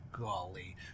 Golly